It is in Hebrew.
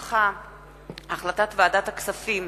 החלטת ועדת הכספים